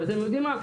ואתם יודעים מה?